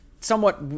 somewhat